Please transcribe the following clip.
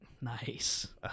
Nice